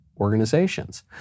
organizations